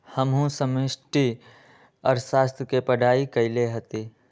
हमहु समष्टि अर्थशास्त्र के पढ़ाई कएले हति